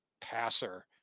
passer